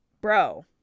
bro